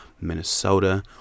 Minnesota